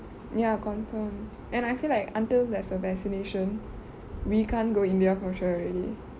ya confirm and I feel like until there's a vaccination we can't go india for sure already